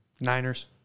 Niners